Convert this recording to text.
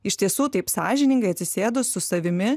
iš tiesų taip sąžiningai atsisėdus su savimi